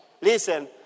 listen